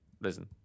listen